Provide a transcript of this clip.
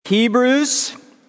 Hebrews